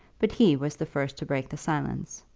but he was the first to break the silence.